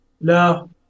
no